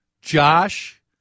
Josh